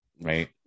right